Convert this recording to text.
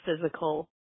physical